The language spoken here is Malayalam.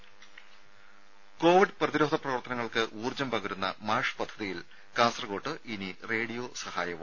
രെ കോവിഡ് പ്രതിരോധ പ്രവർത്തനങ്ങൾക്ക് ഊർജ്ജം പകരുന്ന മാഷ് പദ്ധതിയിൽ കാസർകോട്ട് ഇനി റേഡിയോ സഹായവും